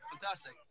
fantastic